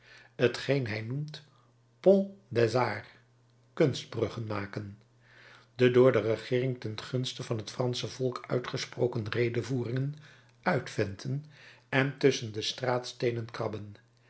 geen hij noemt ponts des arts kunstbruggen maken de door de regeering ten gunste van het fransche volk uitgesproken redevoeringen uitventen en tusschen de straatsteenen krabben